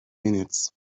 minutes